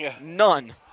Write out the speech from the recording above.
None